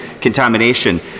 contamination